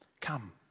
Come